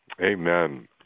Amen